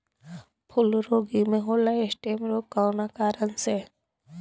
फूलगोभी में होला स्टेम रोग कौना कारण से?